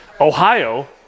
Ohio